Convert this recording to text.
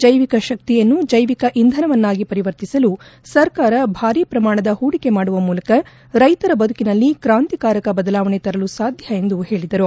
ಜೈವಿಕ ಶಕ್ತಿಯನ್ನು ಜೈವಿಕ ಇಂಧನವನ್ನಾಗಿ ಪರಿವರ್ತನೆಗೆ ಸರ್ಕಾರ ಭಾರಿ ಪ್ರಮಾಣದ ಹೂಡಿಕೆ ಮಾಡುವ ಮೂಲಕ ರೈತರ ಬದುಕಿನಲ್ಲಿ ಕ್ರಾಂತಿಕಾರಿಕ ಬದಲಾವಣೆ ತರಲು ಸಾಧ್ಯ ಎಂದು ಹೇಳಿದರು